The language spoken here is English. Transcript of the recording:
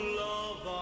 love